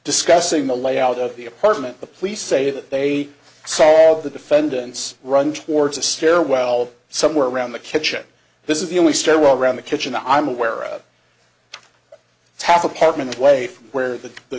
discussing the layout of the apartment the police say that they so the defendants run towards a stairwell somewhere around the kitchen this is the only stairwell around the kitchen i'm aware of tap apartment way from where the the